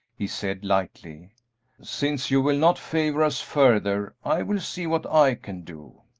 he said, lightly since you will not favor us further, i will see what i can do.